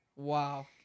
Wow